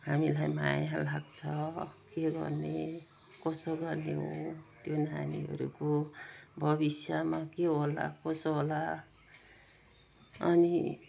हामीलाई माया लाग्छ के गर्ने कसो गर्ने हो त्यो नानीहरूको भविष्यमा के होला कसो होला अनि